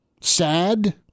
sad